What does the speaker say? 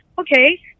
okay